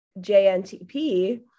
JNTP